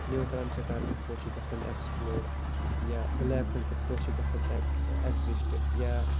neutron star کِتھ پٲٹھۍ چھُ گَژھان ایٚکٕسپلوڑ یا بٕلیک ہول کِتھ پٲٹھۍ چھُ گَژھان ایٚک ایٚگزِسٹ یا